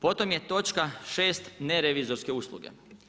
Potom je točka 6. nerevizorske usluge.